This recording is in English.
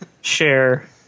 share